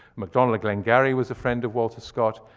macdonnell of glengarry was a friend of walter scott,